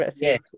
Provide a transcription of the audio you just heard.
yes